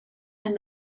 and